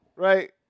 Right